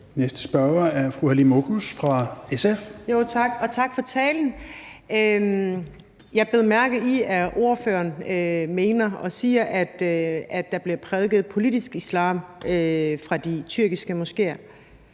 Halime Oguz (SF): Tak, og tak for talen. Jeg bider mærke i, at ordføreren mener og siger, at der bliver prædiket politisk islam fra de tyrkiske moskéer.